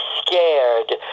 scared